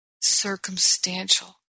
circumstantial